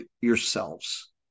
yourselves